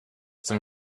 dem